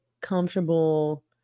comfortable